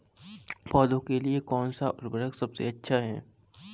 पौधों के लिए कौन सा उर्वरक सबसे अच्छा है?